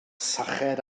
syched